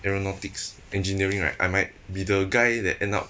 aeronautics engineering right I might be the guy that end up